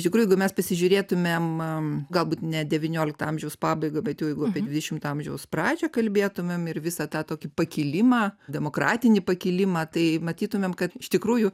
iš tikrųjų jeigu mes pasižiūrėtumėm galbūt net devyniolikto amžiaus pabaigą bet jau jeigu dvidešimto amžiaus pradžią kalbėtumėm ir visą tą tokį pakilimą demokratinį pakilimą tai matytumėm kad iš tikrųjų